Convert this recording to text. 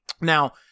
now